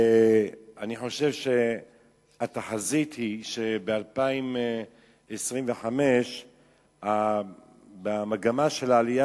אני חושב שהתחזית היא שב-2025 המגמה של העלייה